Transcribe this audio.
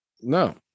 no